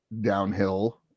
downhill